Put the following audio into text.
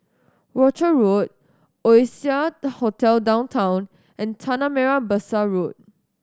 Rochor Road Oasia Hotel Downtown and Tanah Merah Besar Road